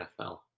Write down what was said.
NFL